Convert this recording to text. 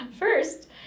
First